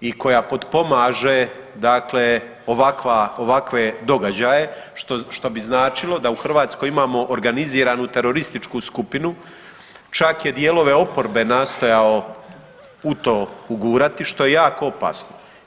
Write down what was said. i koja potpomaže dakle ovakva, ovakve događaje, što bi značilo da u Hrvatskoj imamo organiziranu terorističku skupinu čak je dijelove oporbe nastojao u to ugurati što je jako opasno.